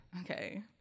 Okay